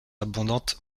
abondante